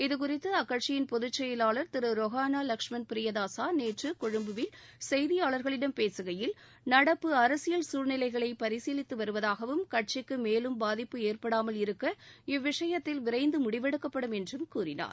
இதுகுறித்து அக்கட்சியின் பொதுச் செயலாளர் திரு ரொ ஹானா லகஷ்மண் பிரியதாசா நேற்று கொழும்புவில் செய்தியாளர்களிடம் பேசுகையில் நடப்பு அரசியல் சூழ்நிலைகளை பரிசீலித்து வருவதாகவும் கட்சிக்கு மேலும் பாதிப்பு ஏற்படாமல் இருக்க இவ்விஷயத்தில் விரைந்து முடிவெடுக்கப்படும் என்றும் கூறினார்